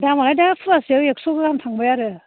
दामआ दा फवासेआव एक्स' गाहाम थांबाय आरो